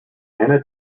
anna